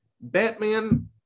batman